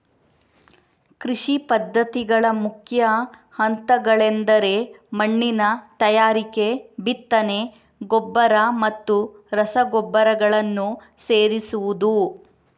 ಕೃಷಿ ಪದ್ಧತಿಗಳ ಮುಖ್ಯ ಹಂತಗಳೆಂದರೆ ಮಣ್ಣಿನ ತಯಾರಿಕೆ, ಬಿತ್ತನೆ, ಗೊಬ್ಬರ ಮತ್ತು ರಸಗೊಬ್ಬರಗಳನ್ನು ಸೇರಿಸುವುದು